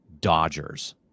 Dodgers